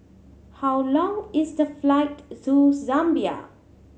how long is the flight to Zambia